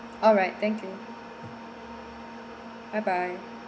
alright thank you bye bye